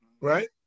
right